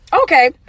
okay